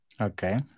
Okay